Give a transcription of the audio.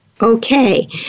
okay